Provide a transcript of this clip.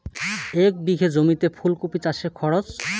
এক বিঘে জমিতে ফুলকপি চাষে খরচ?